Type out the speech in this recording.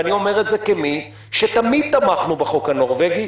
ואני אומר את זה כמי שתמיד תמכנו בחוק הנורווגי,